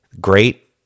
Great